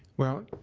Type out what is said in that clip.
well,